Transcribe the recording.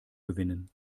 gewinnen